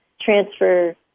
transfer